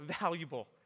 valuable